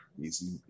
easy